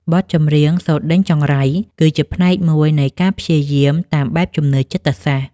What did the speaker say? បទចម្រៀងសូត្រដេញចង្រៃ គឺជាផ្នែកមួយនៃការព្យាបាលតាមបែបជំនឿចិត្តសាស្ត្រ។